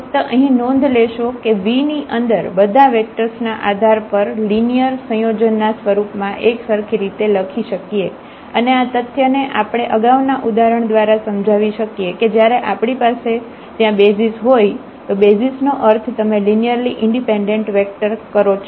ફક્ત અહીં નોંધ લેશો કે V ની અંદર બધા વેક્ટર્સ ના આધાર પર લિનિયર સંયોજનના સ્વરૂપ માં એક સરખી રીતે લખી શકીએ અને આ તથ્યને આપણે આગાઉના ઉદાહરણ દ્વારા સમજાવી શકીએ કે જયારે આપણી પાસે ત્યાં બેસિઝ હોય બેસિઝ નો અર્થ તમે લિનિયરલી ઈન્ડિપેન્ડેન્ટ વેક્ટર છો